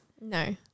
No